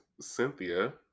Cynthia